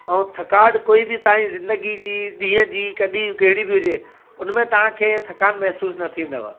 ऐं थकावट कोई बि तव्हांजी ज़िंदगी जी ॾींहं जी कॾहिं कहिड़ी बि हुजे हुन में तव्हांखे थकान महिसूसु न थींदव